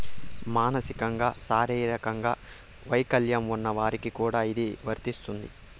మానసికంగా శారీరకంగా వైకల్యం ఉన్న వారికి కూడా ఇది వర్తిస్తుంది